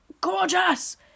gorgeous